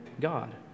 God